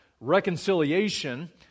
reconciliation